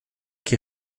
qui